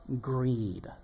greed